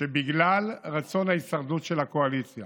שבגלל רצון ההישרדות של הקואליציה